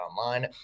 Online